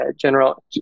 general